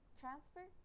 transfer